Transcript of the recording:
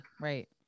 right